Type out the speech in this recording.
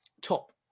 top